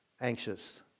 anxious